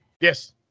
Yes